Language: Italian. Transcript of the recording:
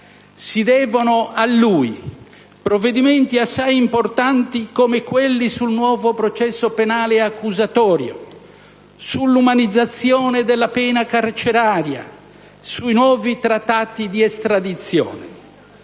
Si devono a lui provvedimenti assai importanti, come quelli sul nuovo processo penale accusatorio, sull'umanizzazione della pena carceraria, sui nuovi trattati di estradizione.